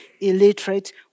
illiterate